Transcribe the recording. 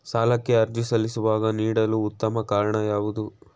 ಸಾಲಕ್ಕೆ ಅರ್ಜಿ ಸಲ್ಲಿಸುವಾಗ ನೀಡಲು ಉತ್ತಮ ಕಾರಣ ಯಾವುದು?